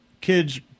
kid's